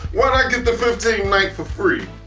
why not get the fifteenth night for free?